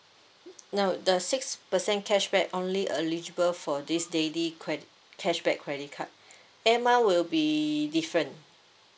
no the six percent cashback only eligible for this daily cred~ cashback credit card air mile will be different